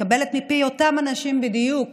מקבלת מפי אותם אנשים בדיוק